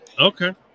Okay